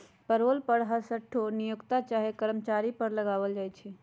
payroll कर हरसठ्ठो नियोक्ता चाहे कर्मचारी पर लगायल जाइ छइ